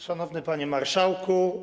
Szanowny Panie Marszałku!